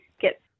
get